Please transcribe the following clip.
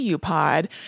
Pod